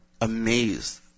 amazed